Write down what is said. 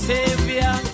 Savior